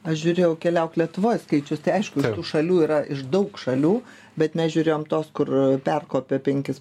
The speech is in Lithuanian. aš žiūrėjau keliauk lietuvoj skaičius tai aišku tų šalių yra iš daug šalių bet mes žiūrėjom tos kur perkopė penkis